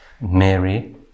Mary